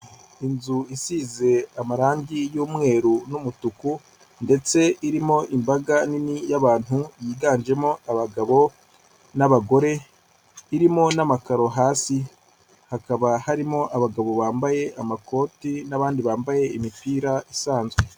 Inzu isize amarangi y'umweru n'umutuku ndetse irimo imbaga nini y'abantu, yiganjemo abagabo n'abagore, irimo n'amakaro hasi, hakaba harimo abagabo bambaye amakoti n'abandi bambaye imipira isanzwe.